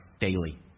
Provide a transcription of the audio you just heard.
daily